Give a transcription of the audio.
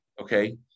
Okay